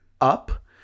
up